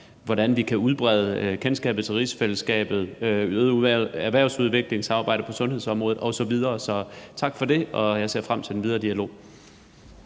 hvordan vi kan udbrede kendskabet til rigsfællesskabet, øge erhvervsudviklingssamarbejdet på sundhedsområdet osv. Så tak for det. Jeg ser frem til den videre dialog.